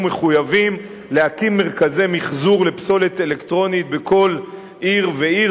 מחויבים להקים מרכזי מיחזור לפסולת אלקטרונית בכל עיר ועיר.